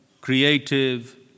creative